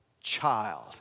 child